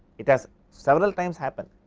it has several times happen.